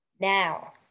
now